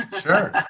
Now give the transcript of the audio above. Sure